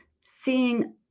seeing